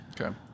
Okay